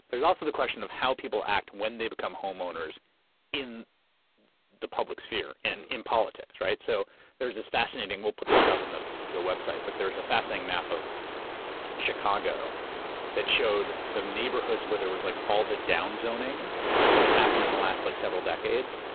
there's also the question of how people act when they become home owners in the public sphere, and in politics. right? so there's this fascinating, we'll put this up in the the website, but there's a fascinating map of chicago that showed the neighborhoods where there was like all the down zoning that had happened in the last like several decades.